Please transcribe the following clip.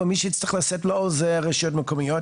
אבל מי שהצטרך --- רשויות מקומיות.